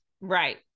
Right